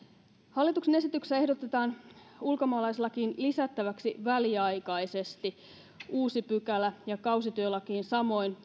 hallituksen esityksessä ehdotetaan ulkomaalaislakiin lisättäväksi väliaikaisesti uusi pykälä ja kausityölakiin samoin